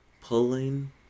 pulling